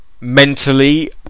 Mentally